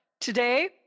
Today